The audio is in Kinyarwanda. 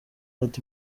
ati